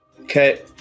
Okay